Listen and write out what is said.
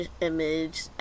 image